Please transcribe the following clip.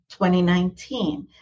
2019